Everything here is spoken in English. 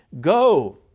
Go